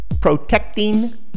Protecting